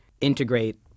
integrate